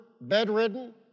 bedridden